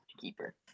keeper